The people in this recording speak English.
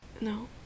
No